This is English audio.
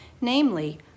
namely